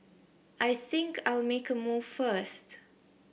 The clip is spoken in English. l think I'll make a move first